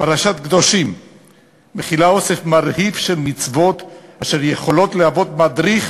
פרשת קדושים מכילה אוסף מרהיב של מצוות אשר יכולות להוות מדריך